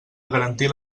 garantir